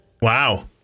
Wow